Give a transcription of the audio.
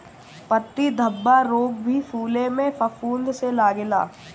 पत्ती धब्बा रोग भी फुले में फफूंद से लागेला